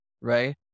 right